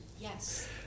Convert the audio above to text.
Yes